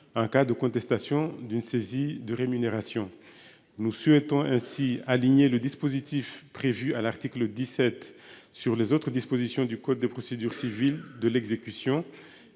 En cas de contestation d'une saisie de rémunération. Nous souhaitons ainsi aligner le dispositif prévu à l'article 17 sur les autres dispositions du code de procédure civile de l'exécution